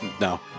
No